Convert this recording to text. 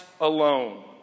alone